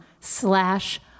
slash